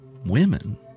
Women